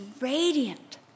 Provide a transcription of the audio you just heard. radiant